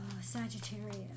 Sagittarius